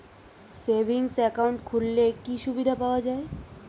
Savings account খুললে কি সুবিধা পাওয়া যায়?